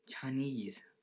Chinese